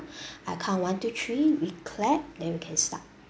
I count one two three we clap then we can start